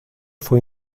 fue